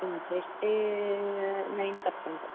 interest nine percent